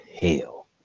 hell